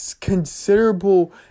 considerable